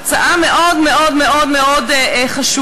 זאת הצעה מאוד מאוד מאוד מאוד חשובה.